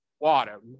Water